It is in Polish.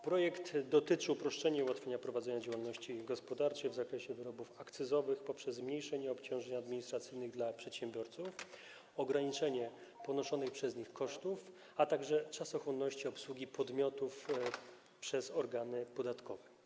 Projekt dotyczy uproszczenia i ułatwienia prowadzenia działalności gospodarczej w zakresie wyrobów akcyzowych poprzez zmniejszenie obciążeń administracyjnych dla przedsiębiorców, ograniczenie ponoszonych przez nich kosztów, a także czasochłonności obsługi podmiotów przez organy podatkowe.